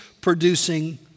producing